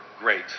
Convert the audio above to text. Great